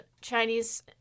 Chinese